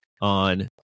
on